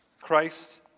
Christ